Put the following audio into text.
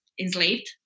enslaved